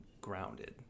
grounded